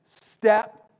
step